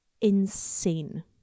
insane